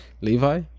levi